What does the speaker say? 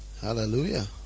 Hallelujah